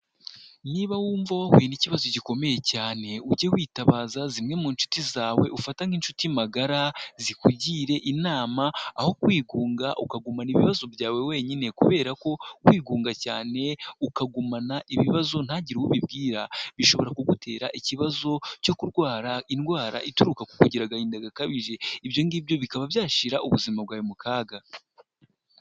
Niba wumva wahuye n'ikibazo gikomeye cyane, ujye witabaza zimwe mu nshuti zawe ufata nk'inshuti magara zikugire inama, aho kwigunga ukagumana ibibazo byawe wenyine, kubera ko kwigunga cyane ukagumana ibibazo ntagire uwo ubibwira, bishobora kugutera ikibazo cyo kurwara indwara ituruka ku kugira agahinda gakabije, ibyo ngibyo bikaba byashira ubuzima bwawe mu kaga.